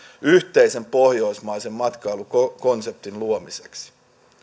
yhteisen pohjoismaisen matkailukonseptin luomiseksi